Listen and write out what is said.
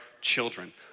children